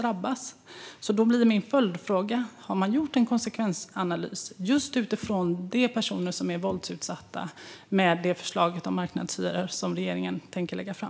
Min följdfråga blir därför: Har man gjort en konsekvensanalys utifrån de personer som är våldsutsatta av förslaget om marknadshyror som regeringen tänker lägga fram?